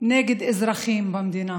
נגד אזרחים במדינה.